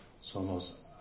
somos